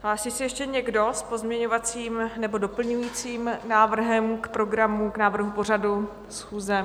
Hlásí se ještě někdo s pozměňovacím nebo doplňujícím návrhem k programu, k návrhu pořadu schůze?